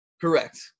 Correct